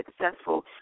successful